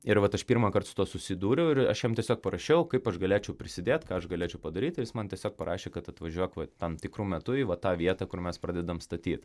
ir vat aš pirmąkart su tuo susidūriau ir aš jam tiesiog parašiau kaip aš galėčiau prisidėt ką aš galėčiau padaryt ir jis man tiesiog parašė kad atvažiuok va tam tikru metu į va tą vietą kur mes pradedam statyt